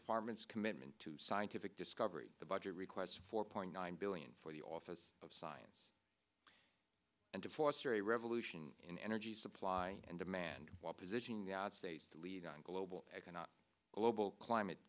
department's commitment to scientific discovery the budget requests four point nine billion for the office of science and to foster a revolution in energy supply and demand one position united states to lead on global economic global climate